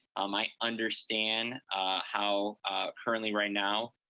um i understand how currently right now,